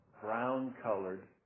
brown-colored